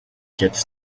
gets